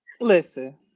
listen